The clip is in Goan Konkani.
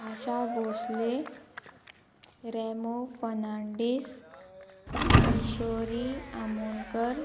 आशा भोसले रेमो फनांडीस किशोरी आमोणकर